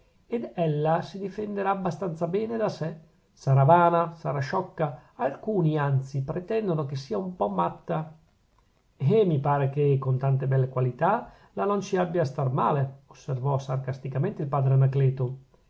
ed ella si difenderà abbastanza bene da sè sarà vana sarà sciocca alcuni anzi pretendono che sia un po matta eh mi pare che con tante belle qualità la non ci abbia a star male osservò sarcasticamente il padre anacleto